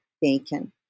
bacon